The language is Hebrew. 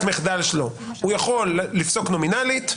המחדל שלו: הוא יכול לפסוק נומינלית;